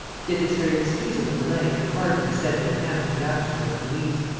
yet this very excusable delay can hardly be said to have hampered the action of the police.